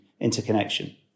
interconnection